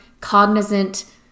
cognizant